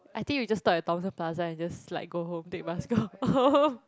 I think we just stop at Thomson Plaza and just like go home take bus go home